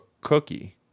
cookie